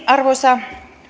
arvoisa